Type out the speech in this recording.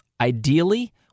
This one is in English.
Ideally